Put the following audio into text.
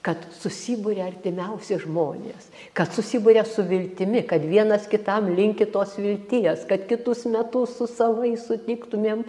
kad susiburia artimiausi žmonės kad susiburia su viltimi kad vienas kitam linki tos vilties kad kitus metus su savais sutiktumėm